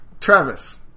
Travis